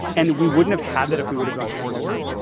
and we wouldn't have have that if we would have gone slower.